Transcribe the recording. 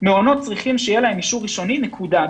מעונות צריכים שיהיה להם אישור ראשוני, נקודה.